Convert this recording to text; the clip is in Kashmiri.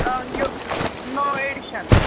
آ یہِ نوٚو ایٚڈِشن